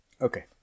Okay